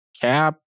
Cap